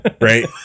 Right